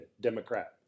Democrat